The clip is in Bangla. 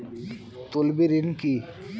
তলবি ঋণ কি?